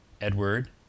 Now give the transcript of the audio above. Edward